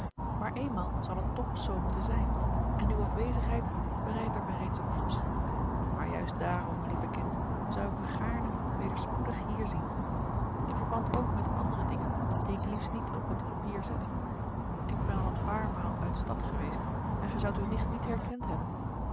maar eenmaal zal het toch zoo moeten zijn en uwe afwezigheid bereidt er mij reeds op voor maar juist daarom lieve kind zou ik u gaarne weder spoedig hier zien in verband ook met andere dingen die gerard keller het testament van mevrouw de tonnette ik liefst niet op het papier zet ik ben al een paar maal uit stad geweest en gij zoudt uw nicht niet herkend hebben